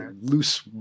loose